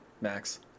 Max